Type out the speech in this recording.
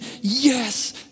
yes